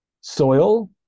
soil